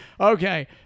okay